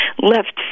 left